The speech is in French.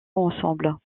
ensemble